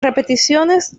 repeticiones